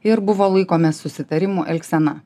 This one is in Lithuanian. ir buvo laikomės susitarimų elgsena